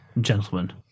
gentlemen